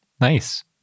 Nice